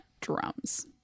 drums